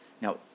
now